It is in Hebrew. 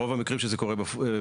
ברוב המקרים שזה קורה בפועל,